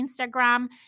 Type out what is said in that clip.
Instagram